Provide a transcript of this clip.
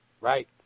Right